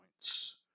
points